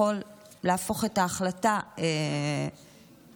יכול להפוך את ההחלטה ולבטלה.